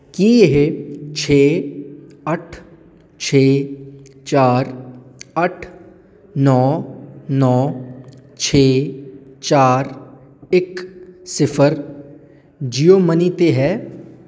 ਕੀ ਇਹ ਛੇ ਅੱਠ ਛੇ ਚਾਰ ਅੱਠ ਨੌ ਨੌ ਛੇ ਚਾਰ ਇੱਕ ਸਿਫ਼ਰ ਜੀਓ ਮਨੀ 'ਤੇ ਹੈ